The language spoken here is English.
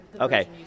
Okay